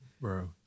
Bro